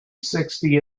sixty